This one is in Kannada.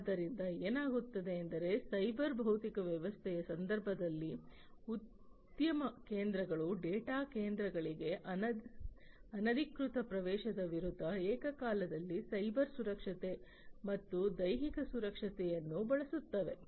ಆದ್ದರಿಂದ ಏನಾಗುತ್ತದೆ ಎಂದರೆ ಸೈಬರ್ ಭೌತಿಕ ವ್ಯವಸ್ಥೆಯ ಸಂದರ್ಭದಲ್ಲಿ ಉದ್ಯಮ ಕೇಂದ್ರಗಳು ಡೇಟಾ ಕೇಂದ್ರಗಳಿಗೆ ಅನಧಿಕೃತ ಪ್ರವೇಶದ ವಿರುದ್ಧ ಏಕಕಾಲದಲ್ಲಿ ಸೈಬರ್ ಸುರಕ್ಷತೆ ಮತ್ತು ದೈಹಿಕ ಸುರಕ್ಷತೆಯನ್ನು ಬಳಸುತ್ತವೆ